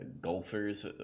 golfers